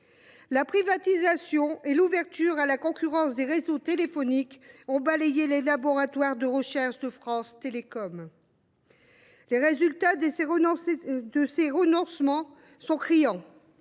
La privatisation et l’ouverture à la concurrence des réseaux téléphoniques ont balayé les laboratoires de recherche de France Télécom. Les résultats de ces renoncements sont criants